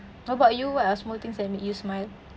what about you what are small things that make you smile